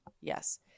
Yes